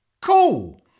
cool